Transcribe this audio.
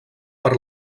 per